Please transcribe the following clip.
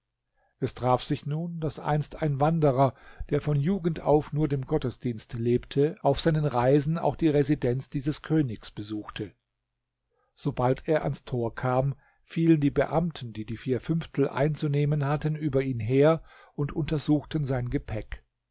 es traf sich nun daß einst ein wanderer der von jugend auf nur dem gottesdienst lebte auf seinen reisen auch die residenz dieses königs besuchte sobald er ans tor kam fielen die beamten die die vier fünftel einzunehmen hatten über ihn her und untersuchten sein gepäck